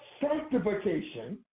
sanctification